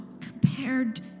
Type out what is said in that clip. compared